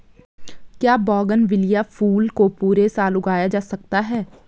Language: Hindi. क्या बोगनविलिया फूल को पूरे साल उगाया जा सकता है?